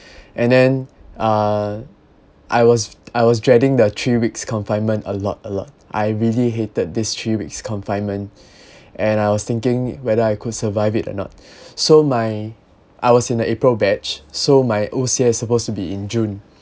and then uh I was I was dreading the three weeks confinement a lot a lot I really hated this three weeks confinement and I was thinking whether I could survive it or not so my I was in the april batch so my O_C_S supposed to be in june